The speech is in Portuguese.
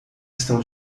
estão